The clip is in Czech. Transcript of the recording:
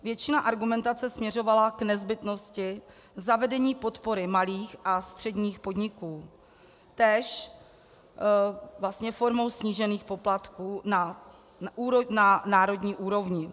Většina argumentace směřovala k nezbytnosti zavedení podpory malých a středních podniků, též vlastně formou snížených poplatků na národní úrovni.